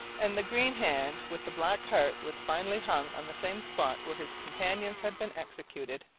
and the green hand, with the black heart, was finally hung on the same spot where his companions had been executed.